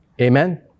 Amen